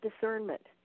discernment